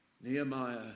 Nehemiah